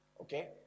Okay